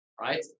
right